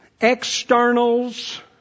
externals